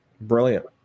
Brilliant